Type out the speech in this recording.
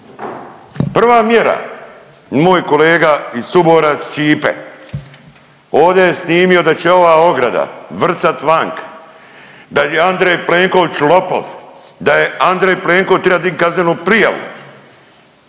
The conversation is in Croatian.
Prva mjera moj kolega i suborac Ćipe ovdje je snimio da će ova ograda vrcat vanka, da je Andrej Plenković lopov, da je Andrej Plenković triba dignut kaznenu prijavu,